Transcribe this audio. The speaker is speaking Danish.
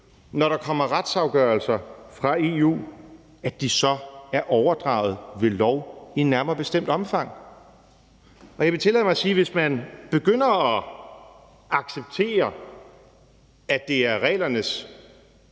når der kommer retsafgørelser fra EU, at de så er overdraget ved lov i et nærmere bestemt omfang. Og jeg vil tillade mig at spørge: Hvis man begynder at acceptere, at det er reglernes